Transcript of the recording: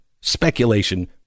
speculation